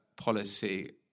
policy